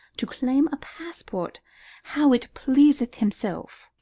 to claim a passport how it pleaseth himself.